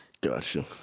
Gotcha